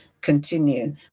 continue